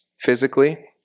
physically